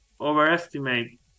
overestimate